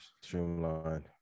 Streamline